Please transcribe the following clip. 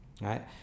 right